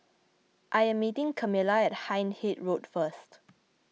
I am meeting Camila at Hindhede Road first